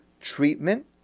treatment